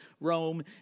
Rome